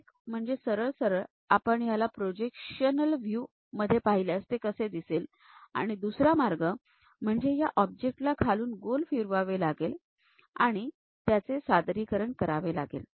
एक म्हणजे सरळ सरळ आपण त्याला प्रोजेक्शनल व्ह्यू मध्ये पाहिल्यास ते कसे दिसेल आणि दुसरा मार्ग म्हणजे या ऑब्जेक्ट ला खालून गोल फिरवावे लागेल आणि त्याचे सादरीकरण करावे लागेल